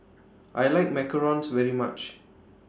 I like Macarons very much